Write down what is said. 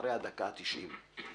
אחרי הדקה ה-90.